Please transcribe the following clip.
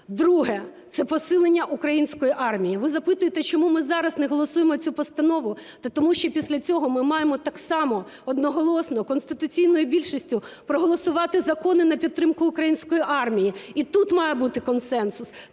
Друге – це посилення української армії. Ви запитуєте, чому ми зараз не голосуємо цю постанову? Та тому що після цього ми маємо так само одноголосно конституційною більшістю проголосувати закони на підтримку української армії. І тут має бути консенсус.